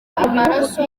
amaraso